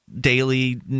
daily